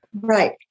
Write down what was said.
right